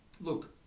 look